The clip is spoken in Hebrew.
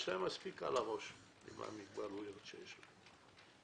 יש להם מספיק על הראש עם המוגבלויות שיש להם.